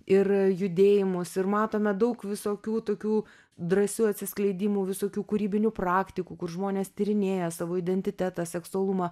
ir judėjimus ir matome daug visokių tokių drąsių atsiskleidimų visokių kūrybinių praktikų kur žmonės tyrinėja savo identitetą seksualumą